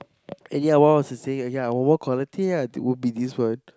and ya what was I say saying !aiya! over quality ah will be this one